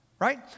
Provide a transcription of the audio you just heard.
Right